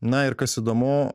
na ir kas įdomu